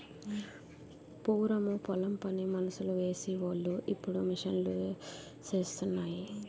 పూరము పొలం పని మనుసులు సేసి వోలు ఇప్పుడు మిషన్ లూసేత్తన్నాయి